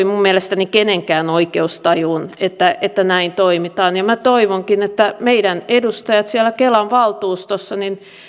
minun mielestäni mitenkään sovi kenenkään oikeustajuun että että näin toimitaan ja minä toivonkin että meidän edustajat siellä kelan valtuustossa